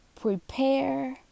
Prepare